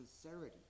sincerity